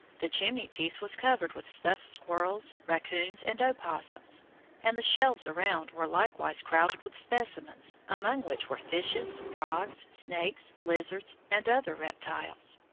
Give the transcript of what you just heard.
the chimney piece was covered with stuffed squirrels, raccoons and opossums and the shelves around were likewise crowded with specimens, among which were fishes, frogs, snakes, lizards, and other reptiles.